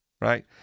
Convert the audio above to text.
right